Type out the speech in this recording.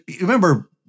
Remember